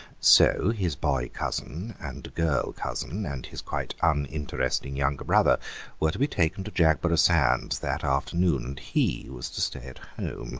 so his boy-cousin and girl-cousin and his quite uninteresting younger brother were to be taken to jagborough sands that afternoon and he was to stay at home